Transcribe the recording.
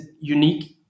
unique